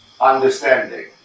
understanding